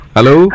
Hello